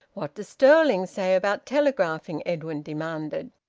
what does stirling say about telegraphing? edwin demanded.